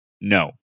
No